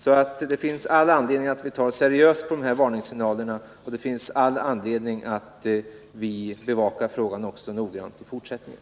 Det finns all anledning att ta seriöst på varningssignalerna, och det finns all anledning att vi bevakar frågan noggrant också i fortsättningen.